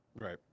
Right